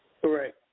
Correct